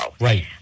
Right